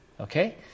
Okay